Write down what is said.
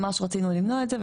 ממש רצינו למנוע את זה,